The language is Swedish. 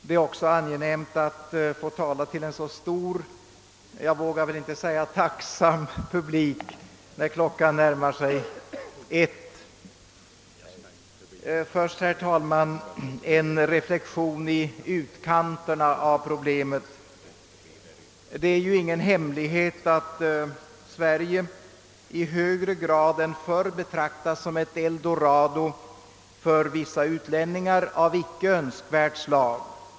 Det är också angenämt att få tala till en så stor — jag vågar väl inte säga tacksam — publik när klockan närmar sig 1 på natten. Först en reflexion i utkanterna av problemet. Det är ju ingen hemlighet att Sverige i högre grad än förr betraktas som ett eldorado för vissa utlänningar av icke önskvärt slag.